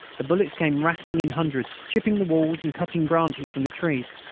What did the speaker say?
the bullets came rattling in hundreds, chipping the walls and cutting branches from the trees.